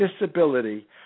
disability